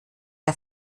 der